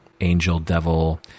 angel-devil